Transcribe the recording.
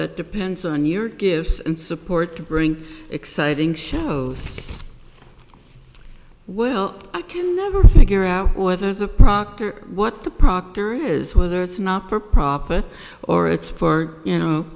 that depends on your gifts and support to bring exciting shows well i can never figure out whether the proctor what the procter is whether it's not for profit or it's for you know